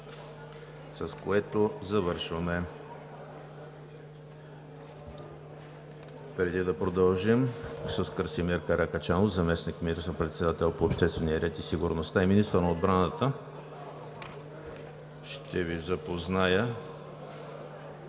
с което завършваме.